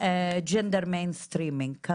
הטמעת החשיבה המגדרית,